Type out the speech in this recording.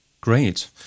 Great